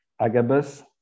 Agabus